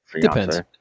Depends